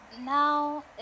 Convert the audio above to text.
now